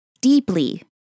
deeply